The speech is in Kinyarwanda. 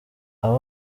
aba